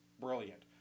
Brilliant